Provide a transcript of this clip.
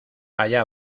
allá